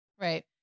Right